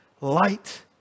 light